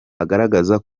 agaragaza